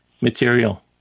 material